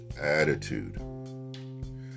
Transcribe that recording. Attitude